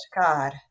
God